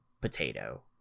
potato